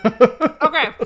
Okay